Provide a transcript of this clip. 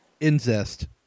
Inzest